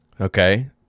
Okay